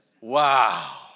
Wow